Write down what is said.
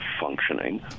functioning